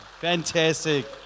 Fantastic